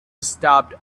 stopped